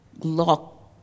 lock